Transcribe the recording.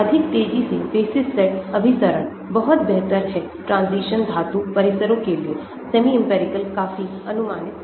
अधिक तेजी से बेसिस सेट अभिसरण बहुत बेहतर हैट्रांजिशन धातु परिसरों के लिए सेमी इंपिरिकल काफी अनुमानित हैं